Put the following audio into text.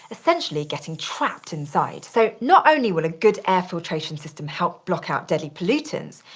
essentially getting trapped inside. so not only will a good air filtration system help block out deadly pollutants,